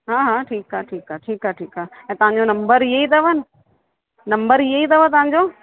हा हा ठीकु आहे ठीकु आहे ठीकु आहे ठीकु आहे ऐं तव्हंजो नंबर इयो ई अथव न नंबर इयो ई अथव तव्हांजो